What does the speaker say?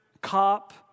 cop